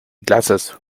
glasses